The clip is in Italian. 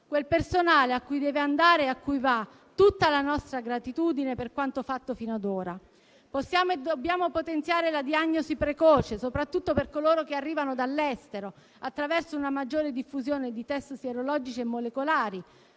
quel personale a cui deve andare e a cui va tutta la nostra gratitudine per quanto fatto fino ad ora. Possiamo e dobbiamo potenziare la diagnosi precoce, soprattutto per coloro che arrivano dall'estero, attraverso una maggiore diffusione di test sierologici e molecolari,